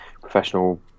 professional